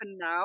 now